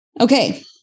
Okay